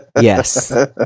yes